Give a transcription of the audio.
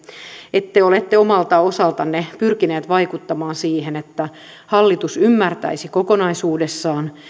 että te olette omalta osaltanne pyrkineet vaikuttamaan siihen että hallitus ymmärtäisi kokonaisuudessaan